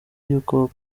y’uko